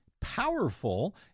powerful